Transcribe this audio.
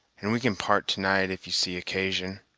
and we can part to-night, if you see occasion.